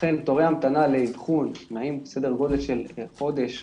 אכן תורי ההמתנה לאבחון נעים בסדר גודל של חודש-חודשיים.